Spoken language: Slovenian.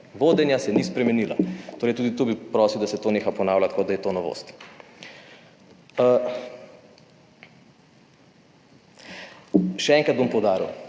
vodenja se ni spremenila. Torej, tudi tu bi prosil, da se to neha ponavljati, kot da je to novost. Še enkrat bom poudaril.